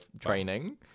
training